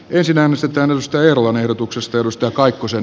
ensin äänestetään antti kaikkosen